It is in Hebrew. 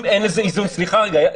אם אין איזון ------ סליחה, רגע.